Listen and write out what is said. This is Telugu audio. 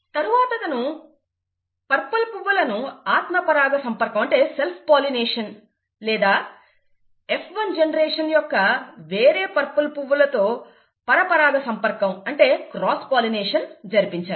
తరువాత అతను పర్పుల్ పువ్వులను ఆత్మపరాగసంపర్కం లేదా F1 జనరేషన్ యొక్క వేరే పర్పుల్ పువ్వుతో పరపరాగసంపర్కం జరిపించారు